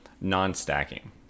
non-stacking